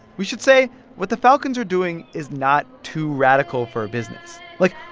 we should say what the falcons are doing is not too radical for a business. like,